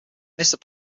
missed